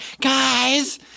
guys